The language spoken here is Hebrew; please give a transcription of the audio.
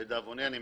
מהיכרותי,